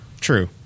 True